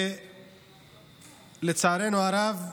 לצערנו הרב,